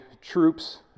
troops